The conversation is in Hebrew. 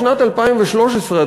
בשנת 2013,